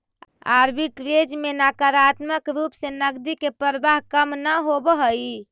arbitrage में नकारात्मक रूप से नकदी के प्रवाह कम न होवऽ हई